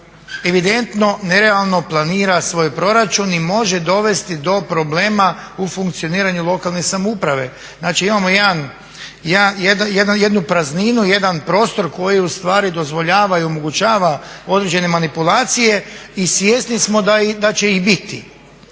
evidentno, nerealno planira svoj proračun i može dovesti do problema u funkcioniranju lokalne samouprave. Znači imamo jednu prazninu, jedan prostor koji ustvari dozvoljava i omogućava određene manipulacije i svjesni smo da će ih biti.